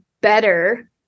better